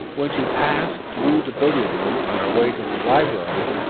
when she passed through the billiard-room on her way to the library.